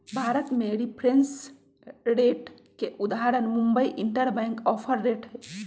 भारत में reference rate के उदाहरण मुंबई इंटरबैंक ऑफर रेट हइ